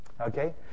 Okay